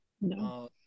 No